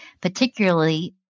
particularly